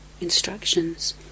instructions